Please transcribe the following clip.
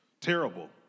Terrible